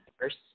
first